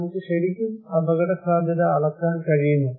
നമുക്ക് ശരിക്കും അപകടസാധ്യത അളക്കാൻ കഴിയുമോ